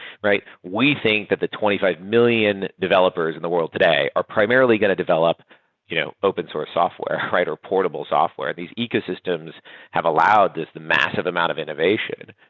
right? we think that the twenty five million developers in the world today are primarily going to develop you know open source software or portable software. these ecosystems have allowed this, the massive amount of innovation.